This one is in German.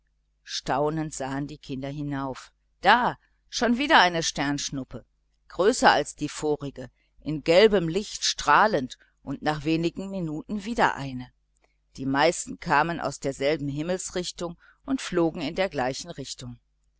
staunend sahen die kinder hinauf da schon wieder eine sternschnuppe größer als die vorige in gelbem licht strahlend und nach wenigen minuten wieder eine die meisten kamen aus derselben himmelsgegend und flogen in gleicher richtung